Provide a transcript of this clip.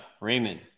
Raymond